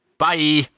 Bye